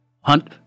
Hunt